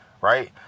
right